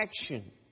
action